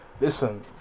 listen